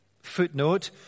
footnote